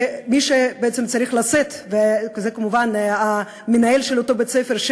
ומי שבעצם צריך לשאת בתוצאה הוא כמובן מנהל אותו בית-ספר,